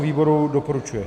Výbor doporučuje.)